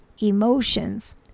emotions